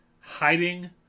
hiding